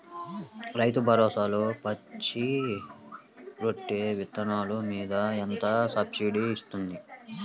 రైతు భరోసాలో పచ్చి రొట్టె విత్తనాలు మీద ఎంత సబ్సిడీ ఇస్తుంది?